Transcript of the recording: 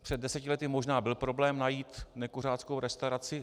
Před deseti lety možná byl problém najít nekuřáckou restauraci.